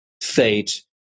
Fate